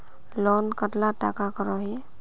Loan कतला टाका करोही?